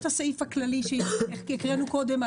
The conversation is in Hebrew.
יש את הסעיף הכללי שהקראנו קודם,